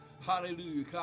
Hallelujah